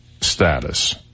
status